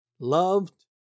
Loved